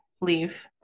leave